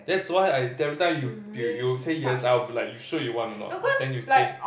that's why I every time you you say yes I'll be like you sure you want or not then you say